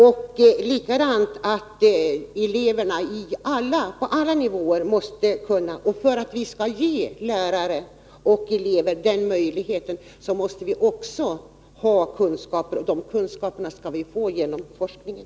Och för att vi skall kunna ge lärare och elever den möjligheten måste vi också ha kunskaper, och de kunskaperna får vi genom forskningen.